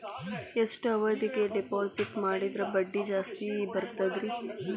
ಎಷ್ಟು ಅವಧಿಗೆ ಡಿಪಾಜಿಟ್ ಮಾಡಿದ್ರ ಬಡ್ಡಿ ಜಾಸ್ತಿ ಬರ್ತದ್ರಿ?